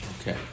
Okay